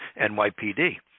NYPD